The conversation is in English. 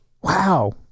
Wow